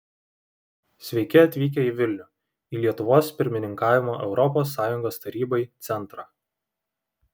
sveiki atvykę į vilnių į lietuvos pirmininkavimo europos sąjungos tarybai centrą